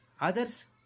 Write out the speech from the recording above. Others